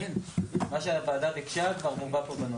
--- מה שהוועדה ביקשה כבר מובא פה בנוסח.